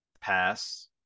Pass